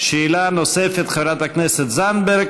שאלה נוספת, חברת הכנסת זנדברג.